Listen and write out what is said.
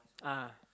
(uh huh)